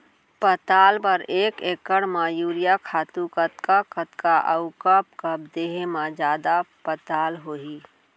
पताल बर एक एकड़ म यूरिया खातू कतका कतका अऊ कब कब देहे म जादा पताल होही?